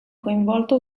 coinvolto